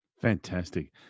Fantastic